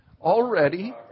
Already